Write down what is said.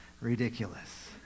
ridiculous